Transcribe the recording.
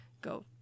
go